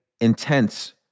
intense